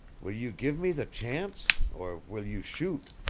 will you give me the chance or will you shoot?